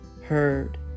heard